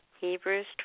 Hebrews